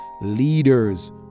leaders